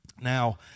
Now